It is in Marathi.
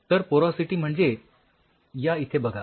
तर पोरॉसिटी म्हणजे या इथे बघा